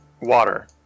water